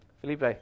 Felipe